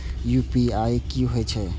UPI की होई छै?